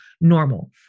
normal